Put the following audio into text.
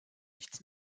nichts